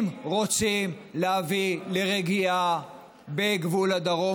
אם רוצים להביא לרגיעה בגבול הדרום,